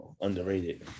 underrated